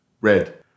Red